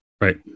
Right